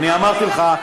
אמרתי לך,